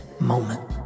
moment